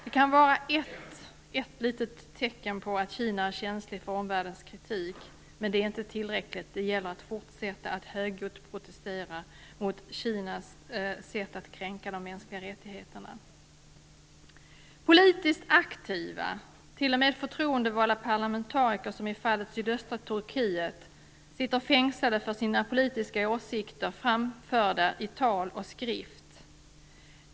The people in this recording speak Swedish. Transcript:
Det kan ett litet tecken på att Kina är känsligt för omvärldens kritik, men det är inte tillräckligt. Det gäller att fortsätta att högljutt protestera mot Kinas sätt att kränka de mänskliga rättigheterna. Politiskt aktiva, t.o.m. förtroendevalda parlamentariker som i fallet sydöstra Turkiet, sitter fängslade för sina politiska åsikter framförda i tal och skrift.